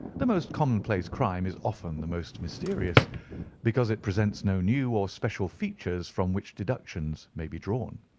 the most commonplace crime is often the most mysterious because it presents no new or special features from which deductions may be drawn.